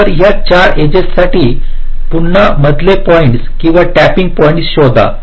तर या 4 एजेस साठी पुन्हा मधले पॉईंट्स किंवा टॅपिंग पॉईंट्स शोधा